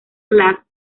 class